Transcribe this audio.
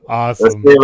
awesome